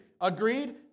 Agreed